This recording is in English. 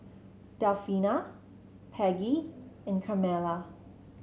Delfina Peggie and Carmela